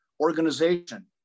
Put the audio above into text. organization